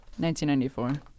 1994